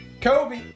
Kobe